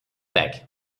back